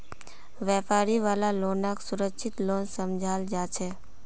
व्यापारी वाला लोनक सुरक्षित लोन समझाल जा छे